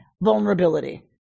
vulnerability